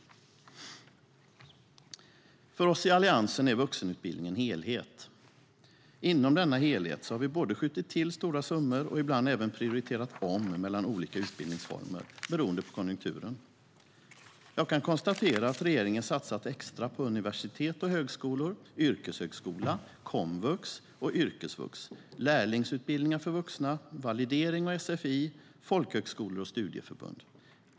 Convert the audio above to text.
För oss i Alliansen är vuxenutbildning en helhet. Inom denna helhet har vi både skjutit till stora summor och ibland även prioriterat om mellan olika utbildningsformer beroende på konjunkturen. Jag kan konstatera att regeringen satsat extra på universitet och högskolor, yrkeshögskola, komvux och yrkesvux, lärlingsutbildningar för vuxna, validering och sfi, folkhögskolor och studieförbund.